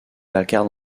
paccard